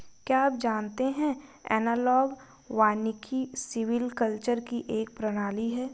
क्या आप जानते है एनालॉग वानिकी सिल्वीकल्चर की एक प्रणाली है